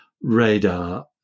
radar